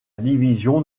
division